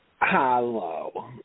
Hello